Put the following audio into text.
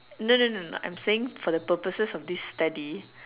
no no no no I'm saying for the purposes for this study